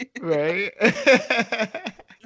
Right